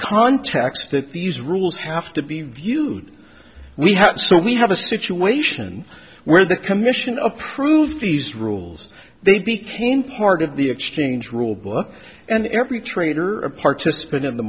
context that these rules have to be viewed we have so we have a situation where the commission approved these rules they became part of the exchange rule book and every trader a participant in the